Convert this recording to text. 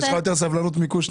יש לך יותר סבלנות מקושניר.